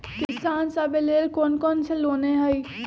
किसान सवे लेल कौन कौन से लोने हई?